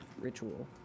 ritual